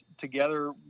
together